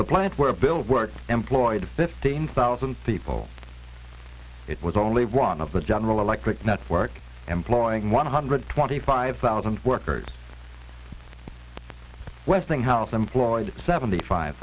the plant where bill worked employed fifteen thousand people it was only one of the general electric network employing one hundred twenty five thousand workers westinghouse employed seventy five